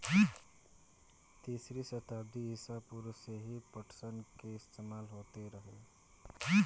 तीसरी सताब्दी ईसा पूर्व से ही पटसन के इस्तेमाल होत रहे